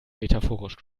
metaphorisch